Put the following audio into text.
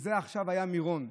שזה עכשיו היה מירון,